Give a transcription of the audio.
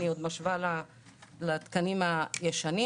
אני עוד משווה לתקנים הישנים.